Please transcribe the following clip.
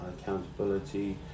accountability